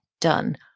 done